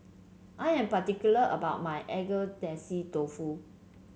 I am particular about my Agedashi Dofu